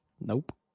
Nope